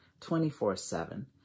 24-7